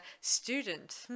student